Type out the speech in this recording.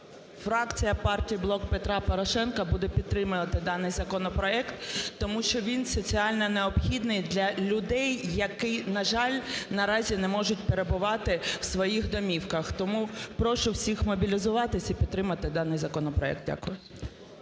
Фракція партії "Блок Петра Порошенка" буде підтримувати даний законопроект, тому що він соціально необхідний для людей, які, на жаль, наразі не можуть перебувати в своїх домівках. Тому прошу всіх мобілізуватися і підтримати даний законопроект. Дякую.